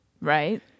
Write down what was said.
Right